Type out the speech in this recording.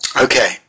Okay